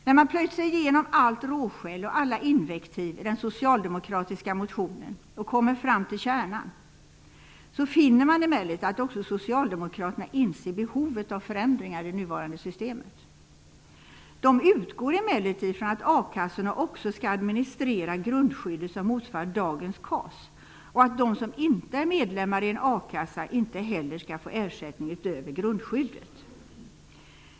När man har plöjt igenom allt råskäll och alla invektiv i den socialdemokratiska motionen och kommer fram till kärnan finner man att också socialdemokraterna inser behovet av förändringar i det nuvarande systemet. De utgår emellertid från att a-kassorna också skall administrera grundskyddet, som motsvarar dagens KAS, och att de som inte är medlemmar i en a-kassa inte heller skall få ersättning utöver grundskyddet.